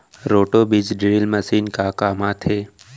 Roto बीज drill machine का काम आथे?